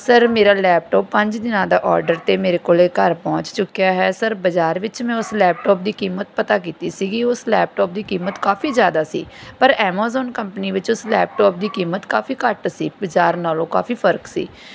sir ਮੇਰਾ laptop ਪੰਜ ਦਿਨਾਂ ਦਾ ਔਰਡਰ 'ਤੇ ਮੇਰੇ ਕੋਲ ਘਰ ਪਹੁੰਚ ਚੁੱਕਿਆ ਹੈ ਸਰ ਬਜ਼ਾਰ ਵਿੱਚ ਮੈਂ ਉਸ ਲੈਪਟੋਪ ਦੀ ਕੀਮਤ ਪਤਾ ਕੀਤੀ ਸੀਗੀ ਉਸ ਲੈਪਟੋਪ ਦੀ ਕੀਮਤ ਕਾਫੀ ਜ਼ਿਆਦਾ ਸੀ ਪਰ ਐਮੋਜ਼ੋਨ ਕੰਪਨੀ ਵਿੱਚੋਂ ਉਸ ਲੈਪਟੋਪ ਦੀ ਕੀਮਤ ਕਾਫੀ ਘੱਟ ਸੀ ਬਜ਼ਾਰ ਨਾਲੋਂ ਕਾਫੀ ਫਰਕ ਸੀ